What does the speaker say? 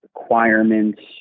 requirements